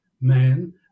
man